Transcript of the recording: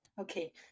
okay